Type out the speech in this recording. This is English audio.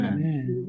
Amen